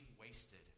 wasted